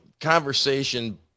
conversation